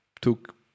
took